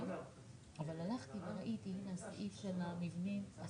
התשובה לא מספקת מכיוון שניתנו 150 מיליון שקלים בנוסף